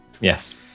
Yes